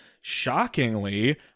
shockingly